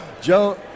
Joe